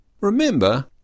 remember